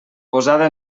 posada